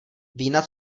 vína